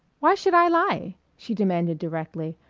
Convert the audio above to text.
why should i lie? she demanded directly.